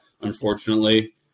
unfortunately